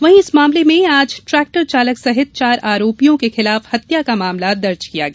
वहीं इस मामले में आज ट्रैक्टर चालक सहित चार आरोपियों के खिलाफ हत्या का मामला दर्ज किया गया